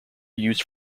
used